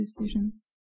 decisions